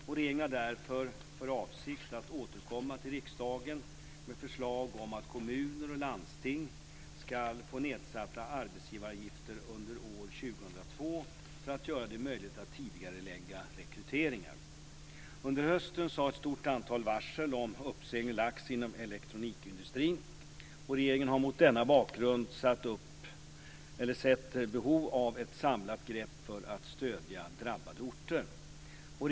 Regeringen har därför för avsikt att återkomma till riksdagen med förslag om att kommuner och landsting ska få nedsatta arbetsgivaravgifter under år 2002 för att göra det möjligt att tidigarelägga rekryteringar. Under hösten har ett stort antal varsel om uppsägningar lagts inom elektronikindustrin. Regeringen har mot denna bakgrund sett behov av ett samlat grepp för att stödja drabbade orter.